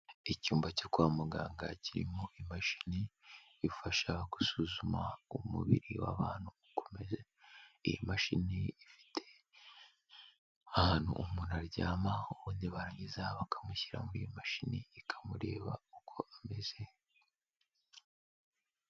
Icyumba cyo kwa muganga kirimo imashini ifasha gusuzuma umubiri w'abantu uko umeze, iyi mashini ifite ahantu umuntu aryamaho ubundi barangiza bakamushyira muri iyo mashini ikamureba uko ameze.